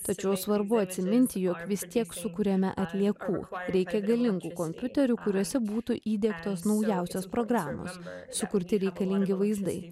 tačiau svarbu atsiminti jog visi tiek sukuriame atliekų reikia galingų kompiuterių kuriuose būtų įdiegtos naujausios programos sukurti reikalingi vaizdai